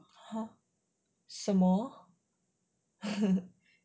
什么